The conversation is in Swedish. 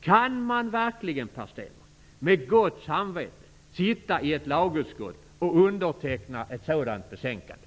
Kan man verkligen, Per Stenmarck med gott samvete sitta i ett lagutskott och underteckna ett sådant betänkande?